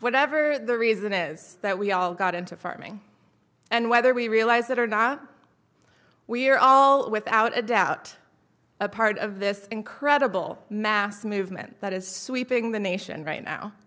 whatever the reason is that we all got into farming and whether we realize it or not we're all without a doubt a part of this incredible mass movement that is sweeping the nation right now